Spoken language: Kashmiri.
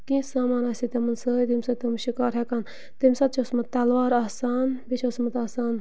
کیٚنٛہہ سامان آسہِ ہے تِمَن سۭتۍ ییٚمہِ سۭتۍ تِم شِکار ہٮ۪کان تمہِ ساتہٕ چھُ اوسمُت تَلوار آسان بیٚیہِ چھِ اوسمُت آسان